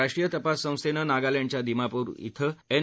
राष्ट्रीय तपास संस्थेनं नागालँडच्या दीमापूर इथं एन